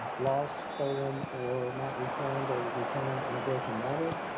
lost, stolen or not returned or returned in broken matter,